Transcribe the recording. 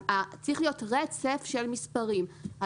צריך להיות רצף של מספרים.